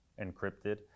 encrypted